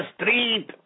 street